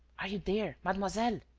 are you there, mademoiselle.